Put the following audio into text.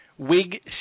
Wig